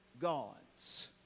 gods